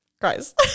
Guys